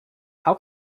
how